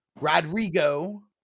Rodrigo